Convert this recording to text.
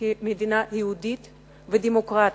כמדינה יהודית ודמוקרטית.